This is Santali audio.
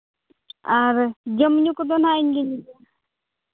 ᱟᱨ ᱡᱚᱢ ᱧᱩ ᱠᱚᱫᱚ ᱦᱟᱸᱜ ᱤᱧᱜᱤᱧ ᱤᱫᱤᱭᱟ